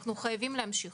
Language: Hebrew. אנחנו חייבים להמשיך.